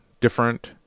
different